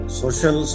social